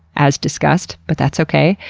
as discussed, but that's okay.